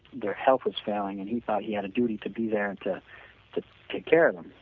their health was failing and he thought he had a duty to be there to care them.